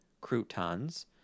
croutons